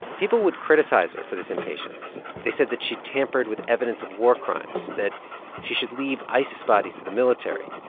people would criticize her for this impatience. they said that she tampered with evidence of war crimes, that she should leave isis bodies to the military.